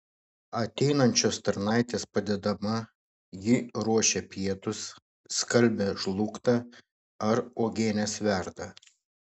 ateinančios tarnaitės padedama ji ruošia pietus skalbia žlugtą ar uogienes verda